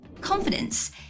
Confidence